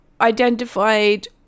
identified